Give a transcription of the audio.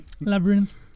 Labyrinth